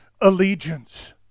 allegiance